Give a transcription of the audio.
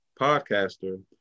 podcaster